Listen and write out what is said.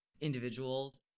individuals